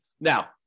Now